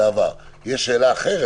יש שאלה אחרת,